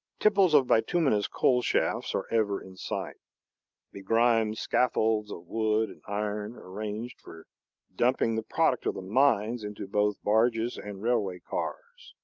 tipples of bituminous coal-shafts are ever in sight begrimed scaffolds of wood and iron, arranged for dumping the product of the mines into both barges and railway cars.